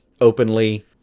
openly